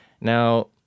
Now